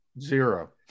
Zero